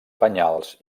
penyals